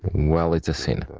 well, it's a sin.